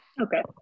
Okay